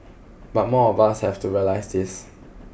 but more of us have to realise this